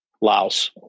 Laos